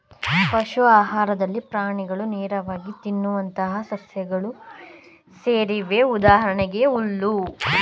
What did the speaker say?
ಪಶು ಆಹಾರದಲ್ಲಿ ಪ್ರಾಣಿಗಳು ನೇರವಾಗಿ ತಿನ್ನುವಂತಹ ಸಸ್ಯಗಳು ಸೇರಿವೆ ಉದಾಹರಣೆಗೆ ಹುಲ್ಲು